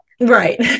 Right